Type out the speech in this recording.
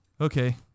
Okay